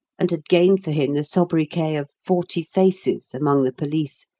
and had gained for him the sobriquet of forty faces among the police,